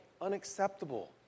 Unacceptable